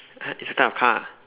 !huh! it's a type of car ah